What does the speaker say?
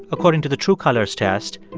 according to the true colors test,